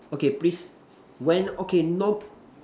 okay please when okay no